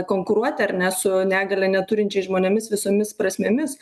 konkuruot ar ne su negalią neturinčiais žmonėmis visomis prasmėmis